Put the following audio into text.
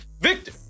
Victor